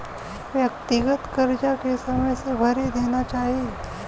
व्यक्तिगत करजा के समय से भर देना चाही